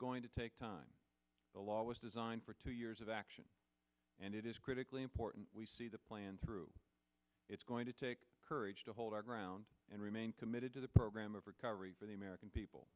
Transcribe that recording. going to take time the law was designed for two years of action and it is critically important we see the plan through it's going to take courage to hold our ground and remain committed to the program of recovery for the american people